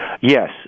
Yes